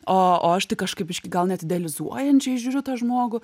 o o aš tai kažkaip biškį gal net idealizuojančiai žiūriu į tą žmogų